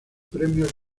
premios